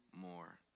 more